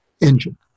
engine